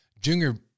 junior